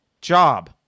job